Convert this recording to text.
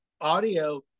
audio